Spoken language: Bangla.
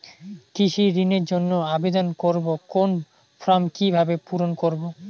কৃষি ঋণের জন্য আবেদন করব কোন ফর্ম কিভাবে পূরণ করব?